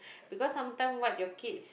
because sometime what your kids